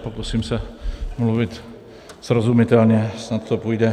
Pokusím se mluvit srozumitelně, snad to půjde.